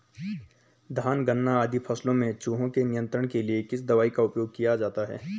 धान गन्ना आदि फसलों में चूहों के नियंत्रण के लिए किस दवाई का उपयोग किया जाता है?